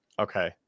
Okay